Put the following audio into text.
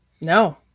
No